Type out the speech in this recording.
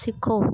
सिखो